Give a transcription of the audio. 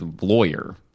lawyer